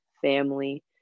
family